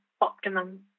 optimum